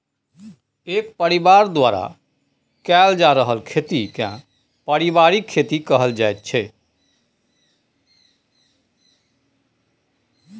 एक परिबार द्वारा कएल जा रहल खेती केँ परिबारिक खेती कहल जाइत छै